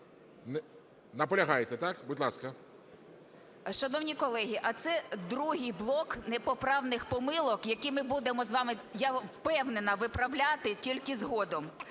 Наполягаєте, так, будь ласка. 17:10:13 ЮЖАНІНА Н.П. Шановні колеги, а це другий блок непоправних помилок, які ми будемо з вами, я впевнена, виправляти тільки згодом.